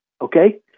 okay